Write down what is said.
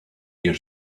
your